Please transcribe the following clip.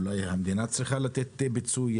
אולי המדינה צריכה לתת פיצוי,